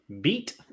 beat